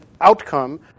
outcome